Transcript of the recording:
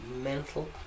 Mental